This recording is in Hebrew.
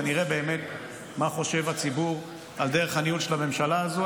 ונראה באמת מה חושב הציבור על דרך הניהול של הממשלה הזו.